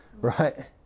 right